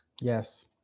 Yes